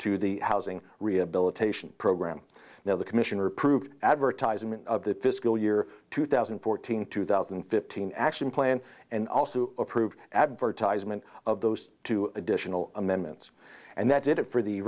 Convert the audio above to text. to the housing rehabilitation program now the commissioner approved advertisement of the fiscal year two thousand and fourteen two thousand and fifteen action plan and also approved advertisement of those two additional amendments and that did it for the